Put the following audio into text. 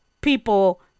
people